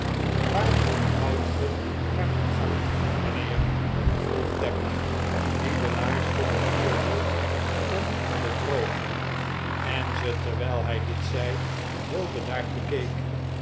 waar woudt ge naar toe gaan mijnheer vroeg tapley die de laars voor net vuur hield om te drogen en ze terwijl hij dit zei heel bedaard bekeek